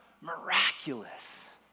miraculous